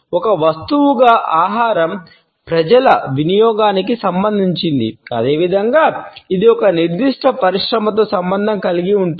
ఒక వస్తువుగా ఆహారం ప్రజల వినియోగానికి సంబంధించినది అదే విధంగా ఇది ఒక నిర్దిష్ట పరిశ్రమతో సంబంధం కలిగి ఉంటుంది